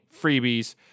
freebies